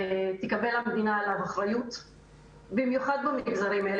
המדינה תקבל עליו אחריות במיוחד במגזרים האלה